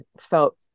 felt